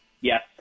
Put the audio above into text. yes